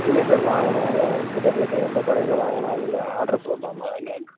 இல்லை சார் வாங்கணும் அதான் உங்கக்கிட்டே கேட்டு எந்த கடையில் வாங்கலாம் இல்லை ஆட்ரு போடலாமா என்னென்னு